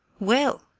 well!